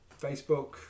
Facebook